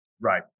Right